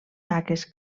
taques